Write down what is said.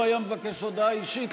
לא היה מבקש הודעה אישית.